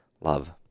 love